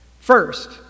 First